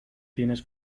tienes